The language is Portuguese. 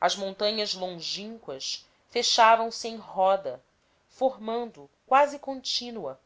as montanhas longínquas fechavam-se em roda formando quase contínua